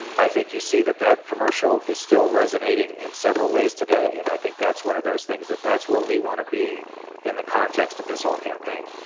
i think you see that that commercial is still resonating in several ways today, and i think that's one of those things that that's where we want to be in the context of this whole campaign.